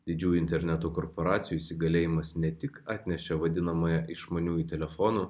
didžiųjų interneto korporacijų įsigalėjimas ne tik atnešė vadinamąją išmaniųjų telefonų